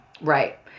Right